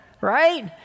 right